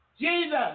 Jesus